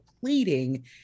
pleading